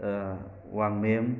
ꯋꯥꯡꯃꯌꯨꯝ